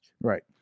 right